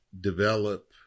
develop